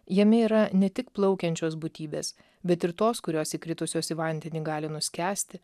jame yra ne tik plaukiančios būtybės bet ir tos kurios įkritusios į vandenį gali nuskęsti